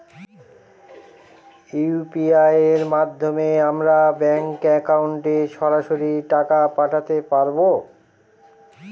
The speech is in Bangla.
ইউ.পি.আই এর মাধ্যমে আমরা ব্যাঙ্ক একাউন্টে সরাসরি টাকা পাঠাতে পারবো?